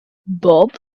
bob